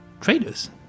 traders